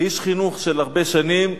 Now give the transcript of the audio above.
כאיש חינוך של הרבה שנים,